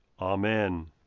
Amen